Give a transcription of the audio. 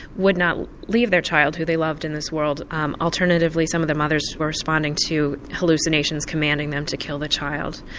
would not leave their child who they loved in this world. um alternatively alternatively some of the mothers were responding to hallucinations commanding them to kill the child.